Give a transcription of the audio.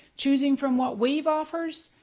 choosing from what wave offers,